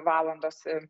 valandos ir